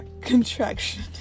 contraction